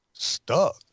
stuck